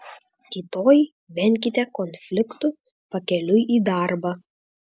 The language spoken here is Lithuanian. rytoj venkite konfliktų pakeliui į darbą